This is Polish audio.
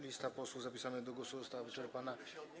Lista posłów zapisanych do głosu została wyczerpana.